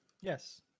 Yes